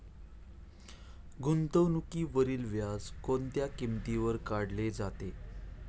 गुंतवणुकीवरील व्याज कोणत्या किमतीवर काढले जाते?